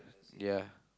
ya